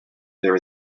there